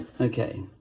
Okay